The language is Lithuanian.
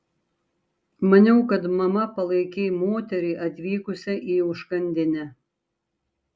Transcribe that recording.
maniau kad mama palaikei moterį atvykusią į užkandinę